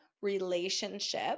relationship